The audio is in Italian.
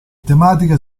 tematiche